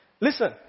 Listen